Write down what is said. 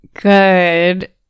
good